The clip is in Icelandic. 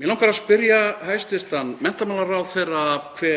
Mig langar að spyrja hæstv. menntamálaráðherra hve